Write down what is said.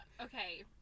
okay